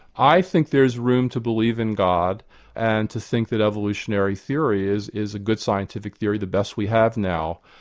i think there's room to believe in god and to think that evolutionary theory is is a good scientific theory, the best we have now.